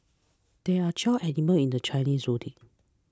there are twelve animals in the Chinese zodiac